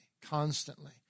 constantly